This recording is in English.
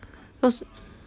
cause